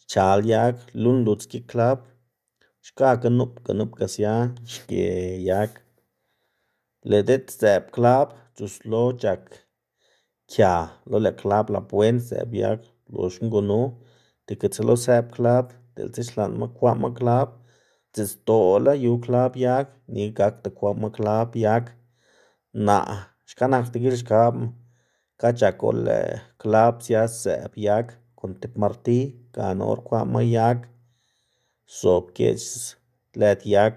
xchal yag lo nluts gik klab xkakga nupga nupga sia xge yag, lëꞌ diꞌt sdzëꞌb klab c̲h̲uslo c̲h̲ak kia lo lëꞌ klab laboen sdzeꞌb yag, loxna gunu tika tselo sëꞌb klab diꞌltsa xlaꞌnma kwaꞌma klab dziꞌdzdoꞌla yu klab yag nika gakda kwaꞌma klab yag. Naꞌ xka nak degilxkab xka c̲h̲ak or lëꞌ klab sia sdzëꞌb ya kon tib martiy gana or kwama yag zob geꞌc̲h lëd yag.